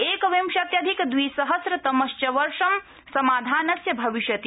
एकविंशत्यधिकद्विसहस्रतमश्च वर्ष समाधानस्य भविष्यति